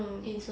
oh